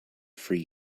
free